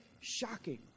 shocking